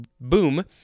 boom